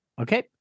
Okay